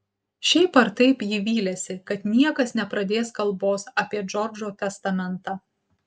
šiaip ar taip ji vylėsi kad niekas nepradės kalbos apie džordžo testamentą